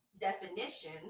definition